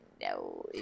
no